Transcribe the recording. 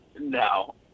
no